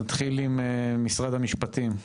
נתחיל עם משרד המשפטים.